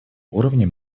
уровне